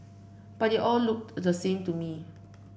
but they all looked the same to me